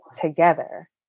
together